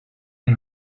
yng